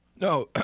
No